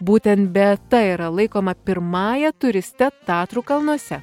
būtent beata yra laikoma pirmąja turiste tatrų kalnuose